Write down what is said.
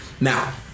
Now